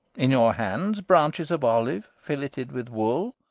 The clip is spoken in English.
in your hands branches of olive filleted with wool?